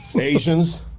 Asians